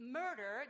murder